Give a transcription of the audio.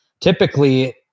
typically